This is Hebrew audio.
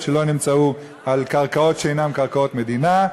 שלא נמצאו על קרקעות שאינן קרקעות מדינה,